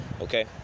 Okay